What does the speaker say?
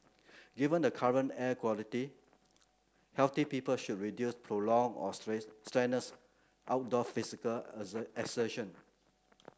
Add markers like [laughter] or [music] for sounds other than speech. given the current air quality healthy people should reduce prolonged or [unintelligible] strenuous outdoor physical [unintelligible] exertion